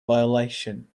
violation